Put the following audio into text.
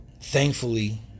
Thankfully